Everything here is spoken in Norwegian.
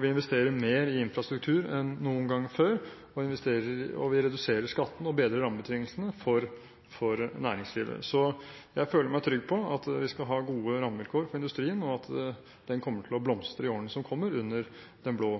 vi investerer mer i infrastruktur enn noen gang før, og vi reduserer skattene og bedrer rammebetingelsene for næringslivet. Så jeg føler meg trygg på at vi skal ha gode rammevilkår for industrien, og at den kommer til å blomstre i årene som kommer under den blå